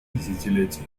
десятилетий